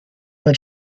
but